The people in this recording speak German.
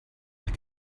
nach